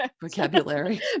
vocabulary